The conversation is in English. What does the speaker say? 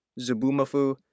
Zubumafu